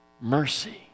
mercy